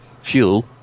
fuel